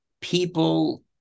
people